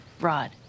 Rod